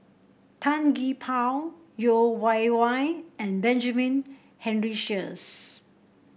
Tan Gee Paw Yeo Wei Wei and Benjamin Henry Sheares